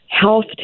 health